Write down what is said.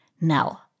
Now